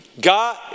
God